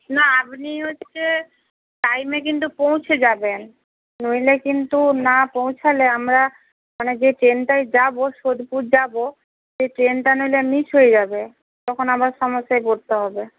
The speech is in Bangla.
না আপনি হচ্ছে টাইমে কিন্তু পৌঁছে যাবেন নইলে কিন্তু না পৌঁছালে আমরা মানে যে ট্রেনটায় যাবো সোদপুর যাবো সে ট্রেনটা নইলে মিস হয়ে যাবে তখন আবার সমস্যায় পড়তে হবে